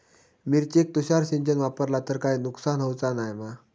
मिरचेक तुषार सिंचन वापरला तर काय नुकसान होऊचा नाय मा?